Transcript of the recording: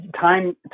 time